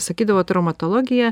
sakydavo traumatologija